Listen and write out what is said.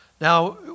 Now